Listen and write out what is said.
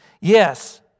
Yes